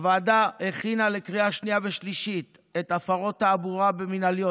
הוועדה הכינה לקריאה השנייה והשלישית את הפרות התעבורה המינהליות,